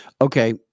Okay